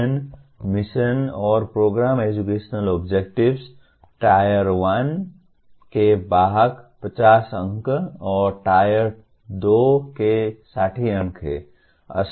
vision mission और program educational objectives Tier 1 के वाहक 50 अंक और Tier 2 के 60 अंक हैं